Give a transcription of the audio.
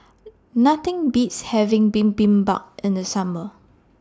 Nothing Beats having Bibimbap in The Summer